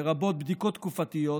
לרבות בדיקות תקופתיות,